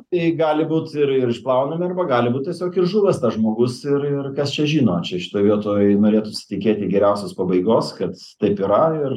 tai gali būt ir ir išplaunami arba gali būt tiesiog žuvęs tas žmogus ir ir kas čia žino čia šitoj vietoj norėtųsi tikėti geriausios pabaigos kad taip yra ir